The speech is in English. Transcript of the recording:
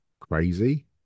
crazy